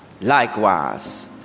likewise